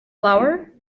flour